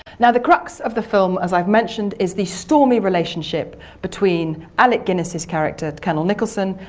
now the crux of the film, as i've mentioned, is the stormy relationship between alec guinness's character, colonel nicholson,